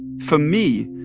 for me,